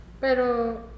pero